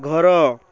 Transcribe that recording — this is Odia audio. ଘର